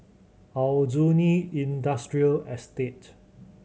Aljunied Industrial Estate